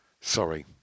Sorry